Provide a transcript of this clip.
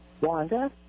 Wanda